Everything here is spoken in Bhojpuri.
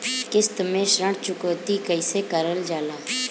किश्त में ऋण चुकौती कईसे करल जाला?